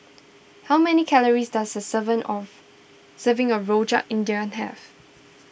how many calories does a seven of serving of Rojak India have